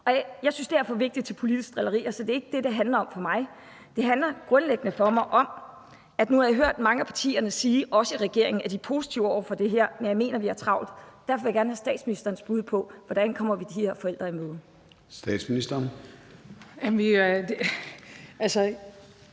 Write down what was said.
Jeg synes, at det her er for vigtigt til politisk drilleri. Det er ikke det, det handler om for mig. Det handler for mig grundlæggende om noget andet. Nu har jeg hørt mange af partierne, også i regeringen, sige, at de er positive over for det her, men jeg mener, at vi har travlt. Derfor vil jeg gerne have statsministerens bud på, hvordan vi kommer de her forældre i møde.